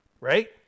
right